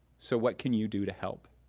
so what can you do to help?